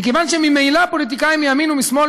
מכיוון שממילא פוליטיקאים מימין ומשמאל,